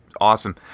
awesome